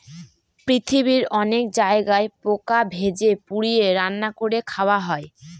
পৃথিবীর অনেক জায়গায় পোকা ভেজে, পুড়িয়ে, রান্না করে খাওয়া হয়